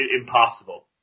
impossible